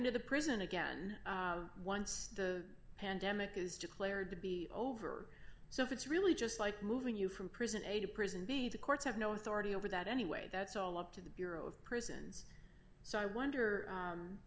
into the prison again once the pandemic is declared to be over so it's really just like moving you from prison a to prison b to courts have no authority over that anyway that's all up to the bureau of prisons so i wonder